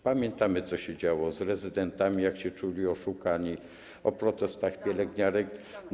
Pamiętamy, co się działo z rezydentami, jak się czuli oszukani, i o protestach pielęgniarek.